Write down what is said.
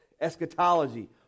Eschatology